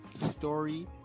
Story